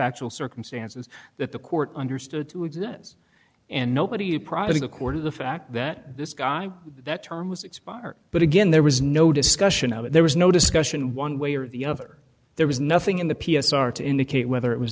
factual circumstances that the court understood to exist and nobody is a court of the fact that this guy that term has expired but again there was no discussion of it there was no discussion one way or the other there was nothing in the p s r to indicate whether it was